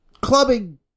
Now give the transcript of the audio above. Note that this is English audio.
clubbing